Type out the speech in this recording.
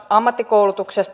ammattikoulutukseen